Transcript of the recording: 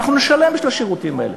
ואנחנו נשלם בשביל השירותים האלה,